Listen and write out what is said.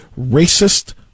racist